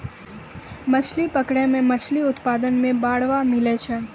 मछली पकड़ै मे मछली उत्पादन मे बड़ावा मिलै छै